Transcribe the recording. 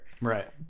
Right